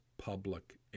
public